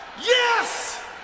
Yes